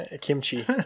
Kimchi